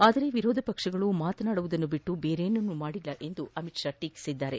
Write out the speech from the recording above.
ಆದರೆ ವಿರೋಧ ಪಕ್ಷಗಳು ಮಾತನಾಡುವುದನ್ನು ಬಿಟ್ಲು ಬೇರೇನನ್ನೂ ಮಾಡಿಲ್ಲ ಎಂದು ಅಮಿತ್ ಶಾ ಟೀಕಿಸಿದರು